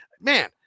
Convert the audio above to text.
man